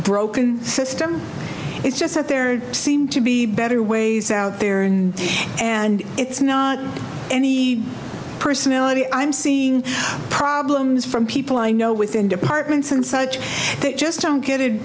broken system it's just that there'd seem to be better ways out there and and it's not any personality i'm seeing problems from people i know within departments and such that just don't get it